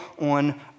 on